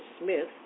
Smith